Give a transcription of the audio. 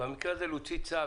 במקרה הזה להוציא צו,